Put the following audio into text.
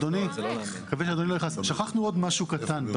אדוני, שכחנו עוד משהו קטן.